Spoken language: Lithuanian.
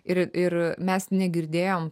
ir ir mes negirdėjom